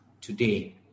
today